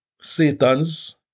Satan's